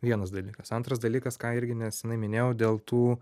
vienas dalykas antras dalykas ką irgi neseniai minėjau dėl tų